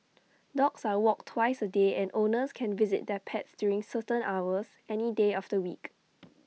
dogs are walked twice A day and owners can visit their pets during certain hours any day of the week